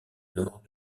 nord